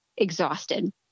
exhausted